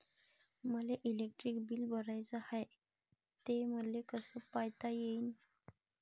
मले electric bill भराचं हाय, ते मले कस पायता येईन?